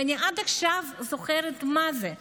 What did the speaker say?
ואני עד עכשיו זוכרת מה זה.